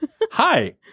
Hi